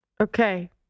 Okay